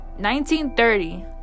1930